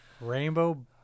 rainbow